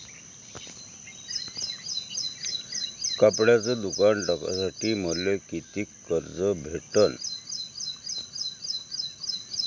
कपड्याचं दुकान टाकासाठी मले कितीक कर्ज भेटन?